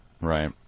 Right